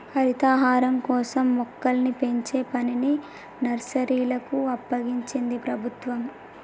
హరితహారం కోసం మొక్కల్ని పెంచే పనిని నర్సరీలకు అప్పగించింది ప్రభుత్వం